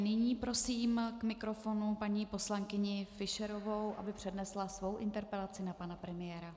Nyní prosím k mikrofonu paní poslankyni Fischerovou, aby přednesla svou interpelaci na pana premiéra.